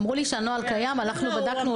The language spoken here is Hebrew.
אמרו לי הנוהל קיים אבל כשהלכתי ובדקתי,